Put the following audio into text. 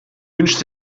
wünscht